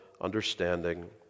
understanding